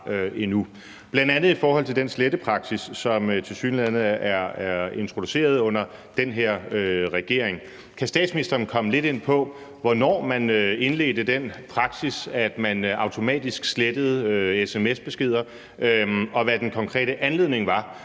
bl.a. i forhold til den slettepraksis, som tilsyneladende er introduceret under den her regering. Kan statsministeren komme lidt ind på, hvornår man indledte den praksis, at man automatisk sletter sms-beskeder, og hvad den konkrete anledning var?